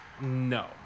No